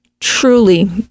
truly